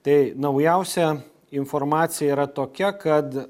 tai naujausia informacija yra tokia kad